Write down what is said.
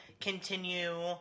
continue